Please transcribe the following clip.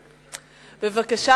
בבקשה.